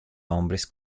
hombres